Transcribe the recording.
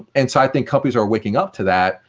and so i think companies are waking up to that.